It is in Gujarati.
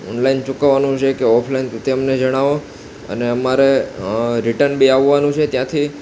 ઓનલાઈન ચૂકવવાનું છે કે ઓફલાઈન તે અમને જણાવો અને અમારે રિટર્ન બી આવવાનું છે ત્યાંથી